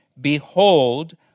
behold